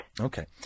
Okay